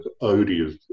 odious